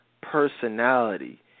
personality